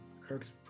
Kirk's